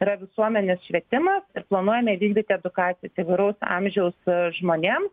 yra visuomenės švietimas ir planuojame vykdyti edukacijas įvairaus amžiaus žmonėm